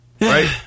Right